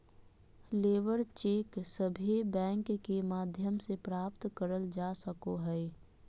labour cheque सभे bank के माध्यम से प्राप्त करल जा सको हय